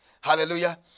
Hallelujah